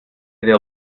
their